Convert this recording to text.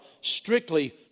strictly